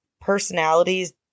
personalities